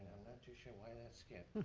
too sure why that skipped.